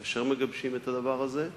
כאשר מגבשים את הדבר הזה.